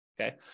okay